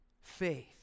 Faith